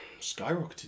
skyrocketed